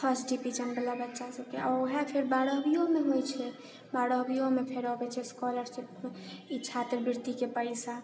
first डिवीजनवला बच्चासबके वएह फेर बारहमिओमे होइ छै बारहमिओमे फेर अबै छै एसस्कॉलरशिप ई छात्रवृतिके पइसा